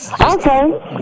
Okay